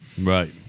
right